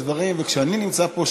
וכשאני נמצא פה,